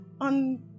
on